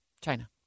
China